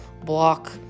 block